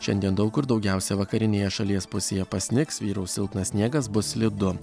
šiandien daug kur daugiausia vakarinėje šalies pusėje pasnigs vyraus silpnas sniegas bus slidu